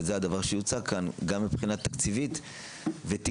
וזה הדבר שיוצג כאן גם מבחינה תקציבית ותקצובית,